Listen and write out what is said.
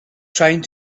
trying